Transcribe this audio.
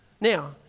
Now